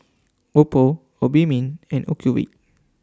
Oppo Obimin and Ocuvite